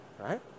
right